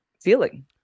feeling